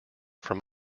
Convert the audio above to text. from